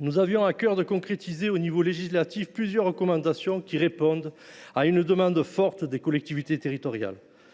nous avions à cœur de concrétiser au niveau législatif plusieurs recommandations qui répondent à une demande forte des collectivités territoriales.